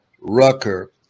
Rucker